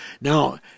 Now